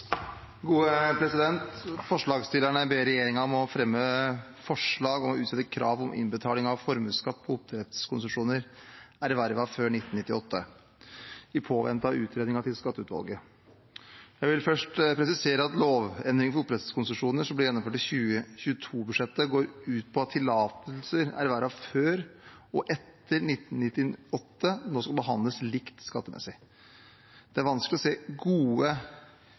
om å utsette krav om innbetaling av formuesskatt på oppdrettskonsesjoner ervervet før 1998, i påvente av utredningen til skatteutvalget. Jeg vil først presisere at lovendringen for oppdrettskonsesjoner som ble gjennomført i 2022-budsjettet, går ut på at tillatelser ervervet før og etter 1998 nå skal behandles likt skattemessig. Det er vanskelig å se gode